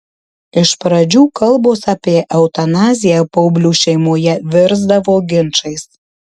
iš pradžių kalbos apie eutanaziją baublių šeimoje virsdavo ginčais